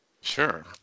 Sure